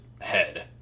head